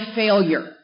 failure